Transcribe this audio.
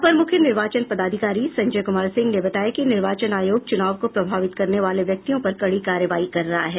अपर मुख्य निर्वाचन पदाधिकारी संजय कुमार सिंह ने बताया कि निर्वाचन आयोग चुनाव को प्रभावित करने वाले व्यक्तियों पर कड़ी कार्रवाई कर रहा है